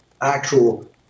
actual